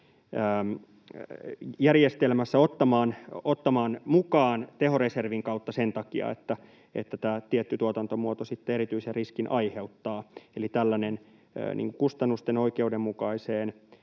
järjestelmässä ottamaan mukaan tehoreservin kautta sen takia, että tämä tietty tuotantomuoto erityisen riskin aiheuttaa. Eli tällainen kustannusten oikeudenmukaiseen